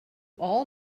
all